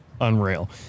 unreal